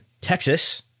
texas